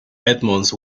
edmonds